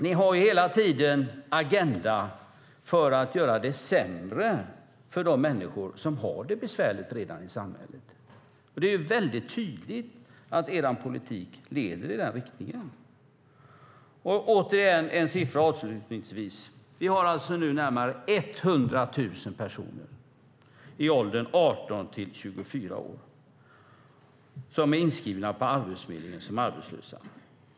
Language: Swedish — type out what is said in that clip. Ni har hela tiden en agenda för att göra det sämre för de människor som redan har det besvärligt i samhället. Det är tydligt att er politik leder i den riktningen. Jag ska avsluta med en siffra. Nu finns närmare 100 000 personer i åldern 18-24 år inskrivna på Arbetsförmedlingen som arbetslösa.